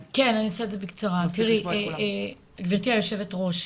גברתי היו"ר,